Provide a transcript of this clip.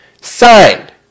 signed